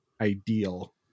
ideal